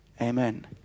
Amen